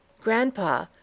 Grandpa